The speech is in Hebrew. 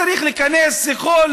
זה צריך להיכנס לכל